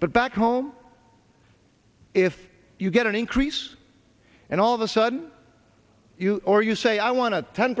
but back home if you get an increase and all of a sudden you or you say i wan